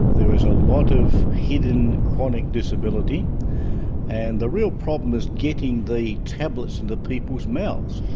there is a lot of hidden chronic disability and the real problem is getting the tablets into people's mouths.